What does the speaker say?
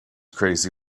crazy